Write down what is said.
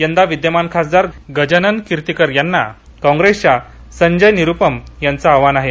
यंदा विद्यमान खासदार गजानन किर्तीकर यांना कॉप्रेसच्या संजय निरुपम यांचे आव्हान आहे